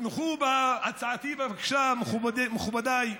תתמכו בהצעתי, בבקשה, מכובדיי,